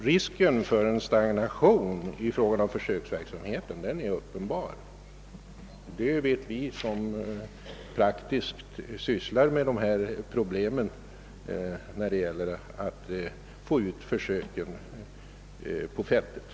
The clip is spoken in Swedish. Risken för en stagnation inom försöksverksamheten är därför uppenbar. Det vet vi som prakttiskt sysslar med problemen, när det gäller att få ut försöken i de olika bygderna.